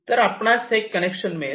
तर आपणास हे कनेक्शन मिळेल